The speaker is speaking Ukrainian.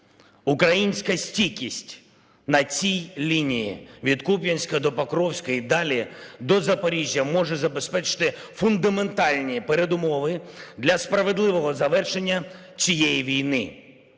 Українська стійкість на цій лінії від Куп'янська до Покровська і далі до Запоріжжя може забезпечити фундаментальні передумови для справедливого завершення цієї війни.